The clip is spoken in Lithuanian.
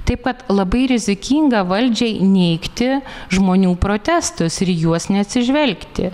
taip pat labai rizikinga valdžiai neigti žmonių protestus ir į juos neatsižvelgti